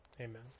Amen